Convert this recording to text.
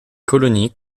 colonies